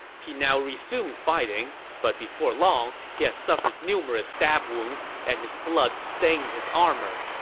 he now resumed fighting, but before long, he had suffered numerous stab wounds, and his blood stained his armor.